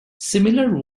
similar